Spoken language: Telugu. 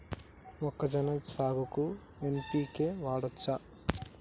మొక్కజొన్న సాగుకు ఎన్.పి.కే వాడచ్చా?